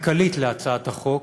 כלכלית להצעת החוק,